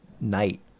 night